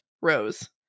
rose